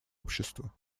общества